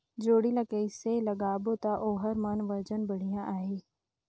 जोणी ला कइसे लगाबो ता ओहार मान वजन बेडिया आही?